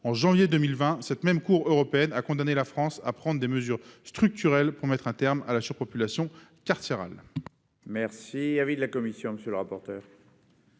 En janvier 2020, cette même Cour européenne a condamné la France à prendre des mesures structurelles pour mettre un terme à la surpopulation carcérale.